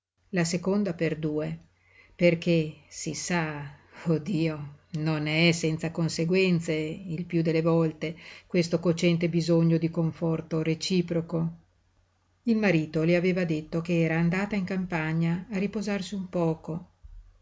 la seconda per due perché si sa oh dio non è senza conseguenze il piú delle volte questo cocente bisogno di conforto reciproco il marito le aveva detto che era andata in campagna a riposarsi un poco